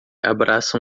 abraça